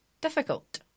difficult